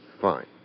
Fine